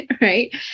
right